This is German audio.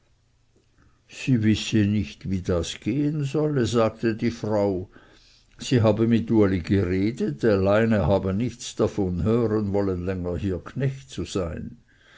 sie wisse nicht wie das gehen solle sagte die frau sie habe mit uli geredet allein er habe nichts davon hören wollen länger hier knecht zu sein